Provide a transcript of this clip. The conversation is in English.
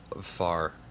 Far